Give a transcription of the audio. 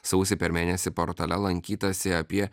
sausį per mėnesį portale lankytasi apie